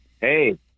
Hey